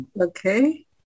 okay